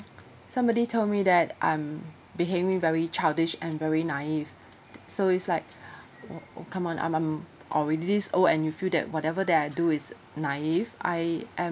somebody told me that I'm behaving very childish and very naive so it's like oh oh come on I'm I'm already old and you feel that whatever that I do is naive I am